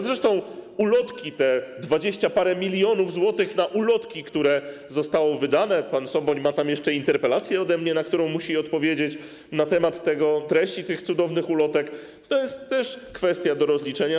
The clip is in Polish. Zresztą te dwadzieścia parę milionów złotych na ulotki, które zostało wydanych - pan Soboń ma tam jeszcze interpelację ode mnie, na którą musi odpowiedzieć, na temat treści tych cudownych ulotek - to jest też kwestia do rozliczenia.